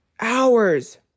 hours